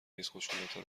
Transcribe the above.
ریزخشونتها